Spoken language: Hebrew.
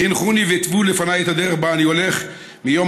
חינכוני והתוו לפניי את הדרך שבה אני הולך מיום